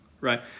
right